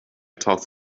talked